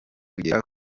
kugera